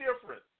different